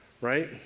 right